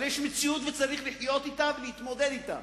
אבל יש מציאות וצריך לחיות אתה ולהתמודד אתה.